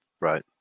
right